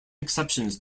exceptions